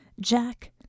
Jack